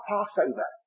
Passover